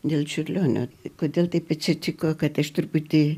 dėl čiurlionio kodėl taip atsitiko kad aš truputį